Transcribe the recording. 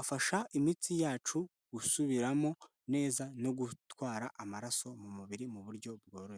afasha imitsi yacu gusubiramo neza no gutwara amaraso mu mubiri mu buryo bworoshye.